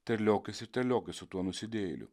terliokis ir terliokis su tuo nusidėjėliu